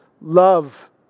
Love